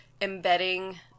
embedding